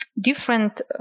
Different